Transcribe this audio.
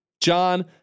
John